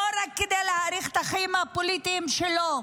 לא רק כדי להאריך את החיים הפוליטיים שלו,